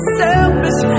selfish